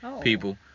people